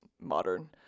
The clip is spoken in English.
modern